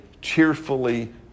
cheerfully